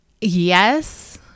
yes